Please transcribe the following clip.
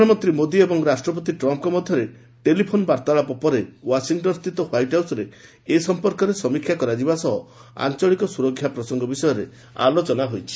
ପ୍ରଧାନମନ୍ତ୍ରୀ ମୋଦୀ ଏବଂ ରାଷ୍ଟ୍ରପତି ଟ୍ରମ୍ପ୍ଙ୍କ ମଧ୍ୟରେ ଟେଲିଫୋନ୍ ବାର୍ଭାଳାପ ପରେ ୱାଶିଂଟନ୍ ସ୍ଥିତ ହ୍ୱାଇଟ୍ ହାଉସ୍ରେ ଏ ସମ୍ପର୍କରେ ସମୀକ୍ଷା କରାଯିବା ସହ ଆଞ୍ଚଳିକ ସୁରକ୍ଷା ପ୍ରସଙ୍ଗ ବିଷୟରେ ଆଲୋଚନା କରାଯାଇଛି